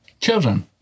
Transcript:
children